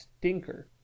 stinker